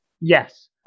Yes